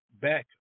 back